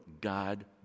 God